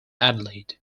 adelaide